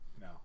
No